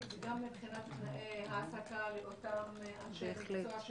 וגם מבחינת תנאי העסקה לאותם אנשי מקצוע,